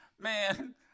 man